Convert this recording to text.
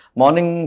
morning